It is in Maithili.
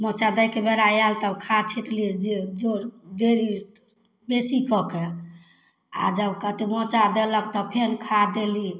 मोचा दैके बेरा आएल तऽ खाद छिटली जे जड़ जड़िमे बेसी पकै आओर जब कत मोचा देलक तब तऽ फेर खाद देली